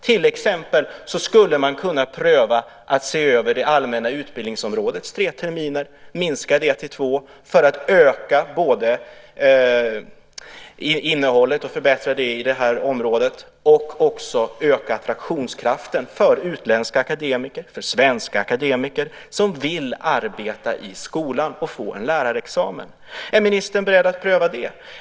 Till exempel skulle man kunna pröva att se över det allmänna utbildningsområdets tre terminer och minska dem till två för att både öka innehållet och förbättra det på det här området. Man skulle också kunna öka attraktionskraften för utländska akademiker och för svenska akademiker som vill arbeta i skolan och få en lärarexamen. Är ministern beredd att pröva det?